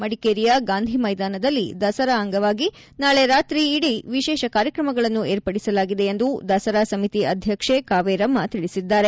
ಮಡಿಕೇರಿಯ ಗಾಂಧಿ ಮೈದಾನದಲ್ಲಿ ದಸರಾ ಅಂಗವಾಗಿ ನಾಳೆ ರಾತ್ರಿ ಇಡೀ ವಿಶೇಷ ಕಾರ್ಯಕ್ರಮಗಳನ್ನು ಏರ್ಪಡಿಸಲಾಗಿದೆ ಎಂದು ದಸರಾ ಸಮಿತಿ ಅಧ್ಯಕ್ಷೆ ಕಾವೇರಮ್ನ ತಿಳಿಸಿದ್ದಾರೆ